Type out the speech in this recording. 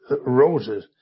roses